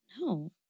No